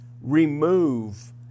remove